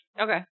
Okay